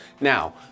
Now